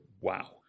wow